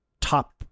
top